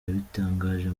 yabitangaje